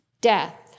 death